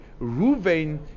Ruvain